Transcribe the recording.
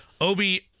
Obi